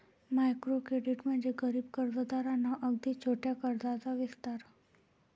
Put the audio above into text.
micro credit म्हणजे गरीब कर्जदारांना अगदी छोट्या कर्जाचा विस्तार